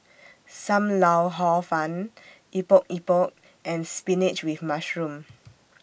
SAM Lau Hor Fun Epok Epok and Spinach with Mushroom